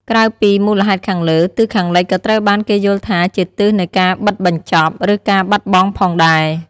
ក្រៅពីមូលហេតុខាងលើ ទិសខាងលិចក៏ត្រូវបានគេយល់ថាជាទិសនៃការបិទបញ្ចប់ ឬការបាត់បង់ផងដែរ។